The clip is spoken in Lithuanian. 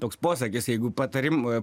toks posakis jeigu patarimui